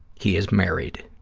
he is married.